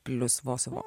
plius vos vos